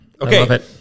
Okay